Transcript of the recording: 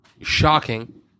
shocking